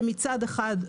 שמצד אחד,